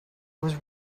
was